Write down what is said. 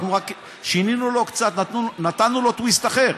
אנחנו רק שינינו קצת, נתנו לו טוויסט אחר.